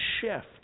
shift